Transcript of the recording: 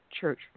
church